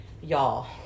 Y'all